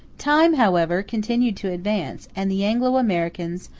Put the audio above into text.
time, however, continued to advance, and the anglo-americans,